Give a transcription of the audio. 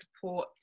support